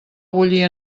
bullir